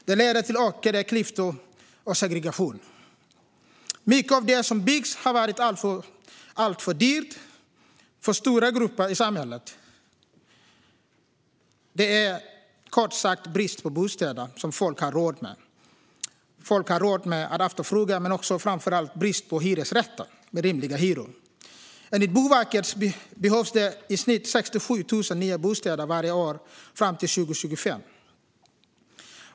Det leder till ökade klyftor och segregation. Mycket av det som byggs har varit alltför dyrt för stora grupper i samhället. Det är, kort sagt, brist på bostäder som folk har råd att efterfråga. Det är framför allt brist på hyresrätter med rimliga hyror. Enligt Boverket behövs det i snitt 67 000 nya bostäder varje år fram till 2025.